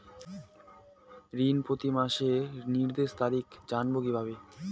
ঋণ প্রতিমাসের নির্দিষ্ট তারিখ জানবো কিভাবে?